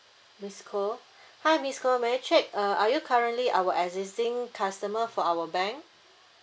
miss koh hi miss koh may I check uh are you currently our existing customer for our bank